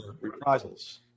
reprisals